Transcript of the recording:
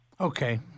Okay